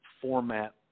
format